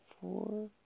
four